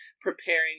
preparing